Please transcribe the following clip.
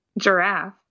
Giraffe